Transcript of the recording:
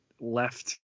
left